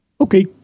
Okay